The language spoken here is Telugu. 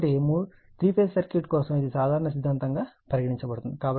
కాబట్టి 3 ఫేజ్ సర్క్యూట్ కోసం ఇది సాధారణ సిద్దాంతం గా పరిగణించబడుతుంది